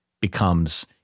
becomes